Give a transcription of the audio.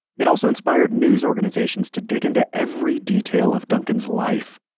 it also inspired news organizations to dig into every detail of duncan's life.